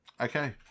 Okay